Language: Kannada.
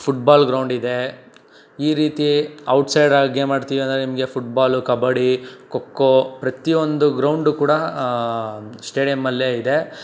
ಫುಟ್ಬಾಲ್ ಗ್ರೌಂಡ್ ಇದೆ ಈ ರೀತಿ ಔಟ್ ಸೈಡ್ ಗೇಮ್ ಆಡ್ತೀವಿ ಅಂದರೆ ನಿಮಗೆ ಫುಟ್ಬಾಲು ಕಬಡ್ಡಿ ಖೋ ಖೋ ಪ್ರತಿಯೊಂದು ಗ್ರೌಂಡು ಕೂಡ ಶ್ಟೇಡಿಯಂ ಅಲ್ಲೇ ಇದೆ